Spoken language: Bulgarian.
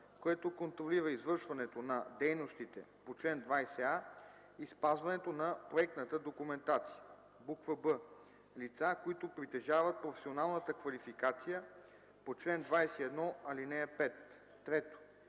което контролира извършването на дейностите по чл. 20а и спазването на проектната документация; б) лица, които притежават професионалната квалификация по чл. 21, ал. 5; 3.